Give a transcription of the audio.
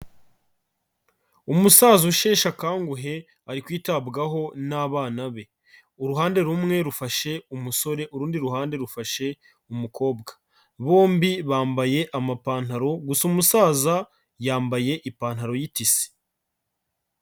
Umusaza usheshe akanguhe ari kwitabwaho n'abana be, uruhande rumwe rufashe umusore urundi ruhande rufashe umukobwa, bombi bambaye amapantaro gusa umusaza yambaye ipantaro y'itise.